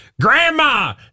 Grandma